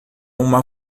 uma